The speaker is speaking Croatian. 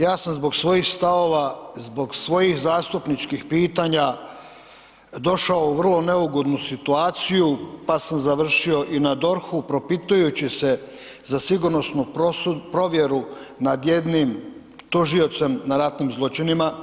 Ja sam zbog svojih stavova, zbog svojih zastupničkih pitanja došao u vrlo neugodnu situaciju pa sam završio i na DORH-u propitujući se za sigurnosnu provjeru nad jednim tužiocem na ratnim zločinima